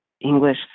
English